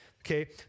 okay